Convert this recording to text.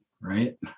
right